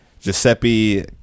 Giuseppe